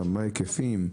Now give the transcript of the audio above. מה ההיקפים?